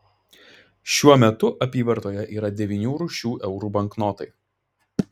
šiuo metu apyvartoje yra devynių rūšių eurų banknotai